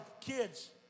kids